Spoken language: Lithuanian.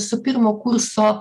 su pirmo kurso